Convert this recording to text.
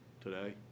today